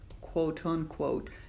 quote-unquote